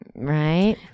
right